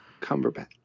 Cumberbatch